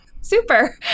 super